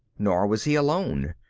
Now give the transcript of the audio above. nor was he alone.